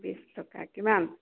বিছ টকা কিমান